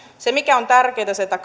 se mikä on tärkeätä on se että